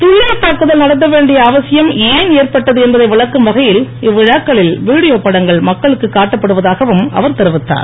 துல்லியத் தாக்குதல் நடத்த வேண்டிய அவசியம் ஏன் ஏற்பட்டது என்பதை விளக்கும் வகையில் இவ்விழாக்களில் வீடியோ படங்கள் மக்களுக்குக் காட்டப்படுவதாகவும் அவர் தெரிவித்தார்